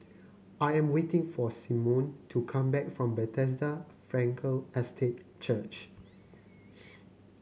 I am waiting for Symone to come back from Bethesda Frankel Estate Church